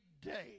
day